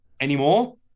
anymore